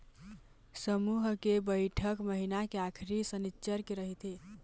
समूह के बइठक महिना के आखरी सनिच्चर के रहिथे